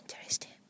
interesting